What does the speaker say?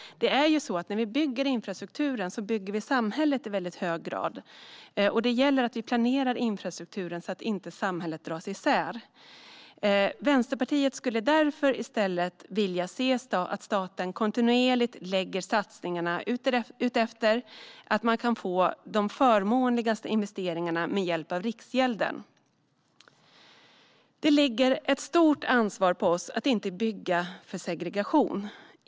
När vi bygger infrastruktur bygger vi i hög grad samhället. Det gäller att planera infrastrukturen så att samhället inte dras isär. Vänsterpartiet skulle därför i stället vilja se att staten kontinuerligt lägger satsningarna utifrån att man kan få de mest förmånliga investeringarna med hjälp av Riksgälden. Det ligger ett stort ansvar på oss att inte bygga för segregation.